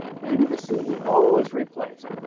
maybe the ceo is replaced,